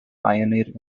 pioneer